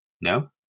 No